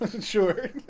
Sure